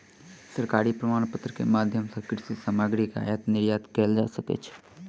सरकारी प्रमाणपत्र के माध्यम सॅ कृषि सामग्री के आयात निर्यात कयल जा सकै छै